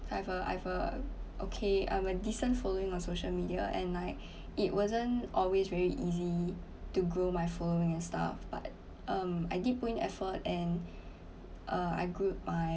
have uh I've a okay I've a decent following on social media and like it wasn't always very easy to grow my following and stuff but um I did put in effort and uh I grew my